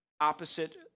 opposite